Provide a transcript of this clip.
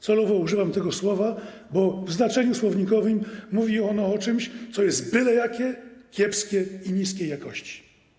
Celowo używam tego słowa, bo w znaczeniu słownikowym mówi ono o czymś, co jest byle jakie, kiepskie i niskiej jakości.